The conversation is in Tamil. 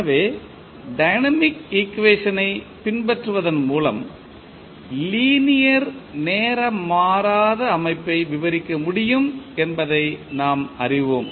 எனவே டைனமிக் ஈக்குவேஷனை பின்பற்றுவதன் மூலம் லீனியர் நேர மாறாத அமைப்பை விவரிக்க முடியும் என்பதை நாம் அறிவோம்